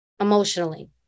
emotionally